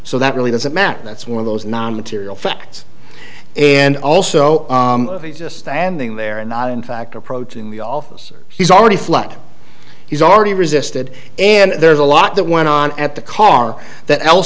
really doesn't matter that's one of those non material facts and also just standing there and not in fact approaching the officer he's already fled he's already resisted and there's a lot that went on at the car that